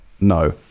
no